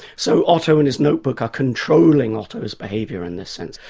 so otto and his notebook are controlling otto's behaviour in this sense,